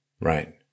right